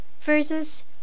versus